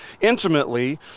intimately